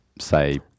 say